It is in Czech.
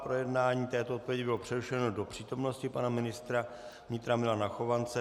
Projednání této odpovědi bylo přerušeno do přítomnosti pana ministra vnitra Milana Chovance.